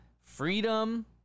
freedom